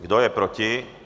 Kdo je proti?